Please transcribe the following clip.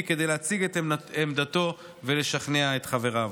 כדי להציג את עמדתו ולשכנע את חבריו.